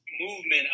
movement